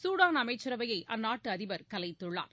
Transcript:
Sudan அமைச்சரவையை அந்நாட்டு அதிபர் கலைத்துள்ளார்